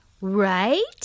Right